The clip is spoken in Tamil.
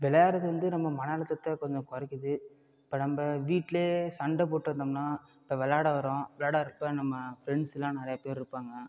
விளையாடுறது வந்து நம்ம மன அழுத்தத்தை கொஞ்சம் குறைக்குது இப்போ நம்ப வீட்லேயே சண்டை போட்டுருந்தோம்னா இப்போ விளையாட வரம் விளையாட வரப்போ நம்ம ஃப்ரெண்ட்ஸ்லாம் நிறையா பேர் இருப்பாங்க